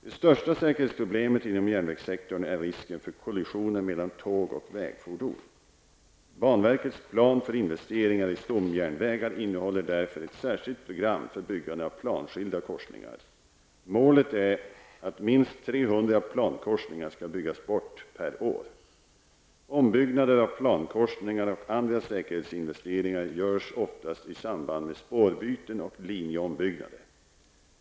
Det största säkerhetsproblemet inom järnvägssektorn är risken för kollisioner mellan tåg och vägfordon. Banverkets plan för investeringar i stomjärnvägar innehåller därför ett särskilt program för byggande av planskilda korsningar. Målet är att minst 300 plankorsningar skall byggas bort per år. Ombyggnader av plankorsningar och andra säkerhetsinvesteringar görs oftast i samband med spårbyten och linjeombyggnader.